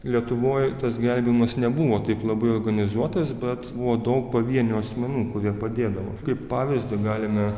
lietuvoj tas gelbėjimas nebuvo taip labai organizuotas bet buvo daug pavienių asmenų kurie padėdavo kaip pavyzdį galime